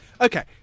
Okay